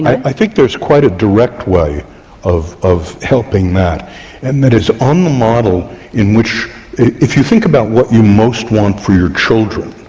i think there's quite a direct way of of helping that and it's on the model in which if you think about what you most want for your children,